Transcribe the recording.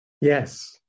Yes